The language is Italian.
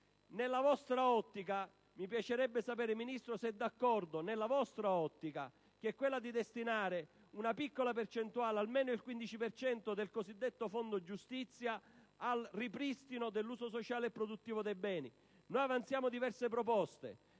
Nella vostra ottica, mi piacerebbe sapere se siete d'accordo a destinare una piccola percentuale - almeno il 15 per cento - del cosiddetto Fondo giustizia al ripristino dell'uso sociale e produttivo dei beni. Avanziamo diverse proposte